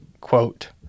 quote